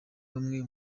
bamwe